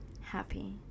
happy